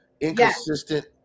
inconsistent